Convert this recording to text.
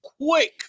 quick